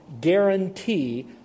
guarantee